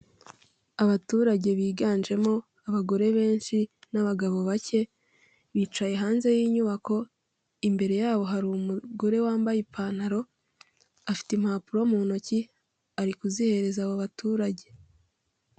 Abaturage biganjemo abagore benshi n'abagabo bake, bicaye hanze y'inyubako, imbere yabo hari umugore wambaye ipantaro, afite impapuro mu ntoki, ari kuzihereza abo baturage.